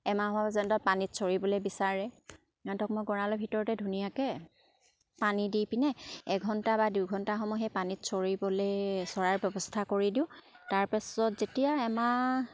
এমাহত পানীত চৰিবলে বিচাৰে সিহঁতক মই গঁড়ালৰ ভিতৰতে ধুনীয়াকে পানী দি পিনে এঘণ্টা বা দুঘণ্টা সময় সেই পানীত চৰিবলে চৰাৰ ব্যৱস্থা কৰি দিওঁ তাৰপিছত যেতিয়া এমাহ